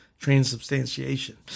transubstantiation